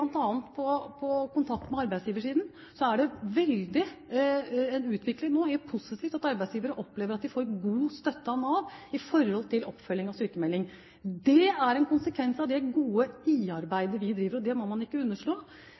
med arbeidsgiversiden, er det nå en veldig positiv utvikling. Arbeidsgivere opplever at de får god støtte av Nav når det gjelder oppfølging av sykmelding. Det er en konsekvens av det gode IA-arbeidet vi driver, og det må man ikke underslå.